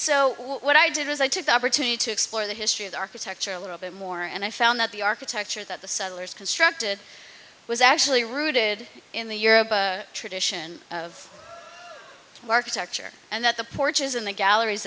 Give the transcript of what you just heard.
so what i did was i took the opportunity to explore the history of architecture a little bit more and i found that the architecture that the settlers constructed was actually rooted in the tradition of the architecture and that the porches and the galleries